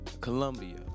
Colombia